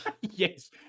yes